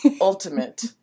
ultimate